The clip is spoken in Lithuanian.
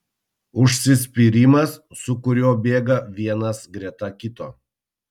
užsispyrimas su kuriuo bėga vienas greta kito